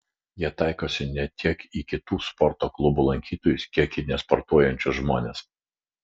jie taikosi ne tiek į kitų sporto klubų lankytojus kiek į nesportuojančius žmones